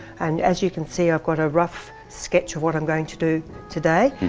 and as you can see i've got a rough sketch of what i'm going to do today,